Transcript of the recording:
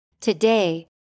Today